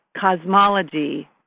cosmology